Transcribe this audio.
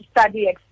study